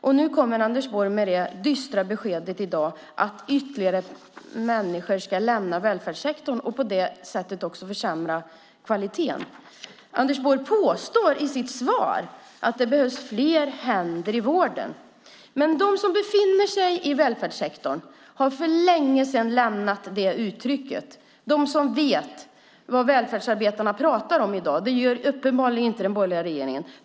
Men nu kommer Anders Borg med det dystra beskedet att ytterligare människor ska lämna välfärdssektorn och på det sättet också försämra kvaliteten. Anders Borg påstår i sitt svar att det behövs fler händer i vården. Men de som befinner sig i välfärdssektorn har för länge sedan lämnat det uttrycket, de som vet vad välfärdsarbetarna pratar om i dag. Det gör uppenbarligen inte den borgerliga regeringen.